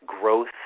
growth